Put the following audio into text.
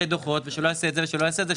דוחות ושלא יעשה את זה ולא יעשה את זה,